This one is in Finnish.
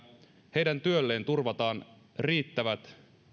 heidän työlleen turvataan riittävät